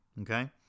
Okay